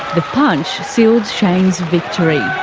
the punch sealed cheyne's victory.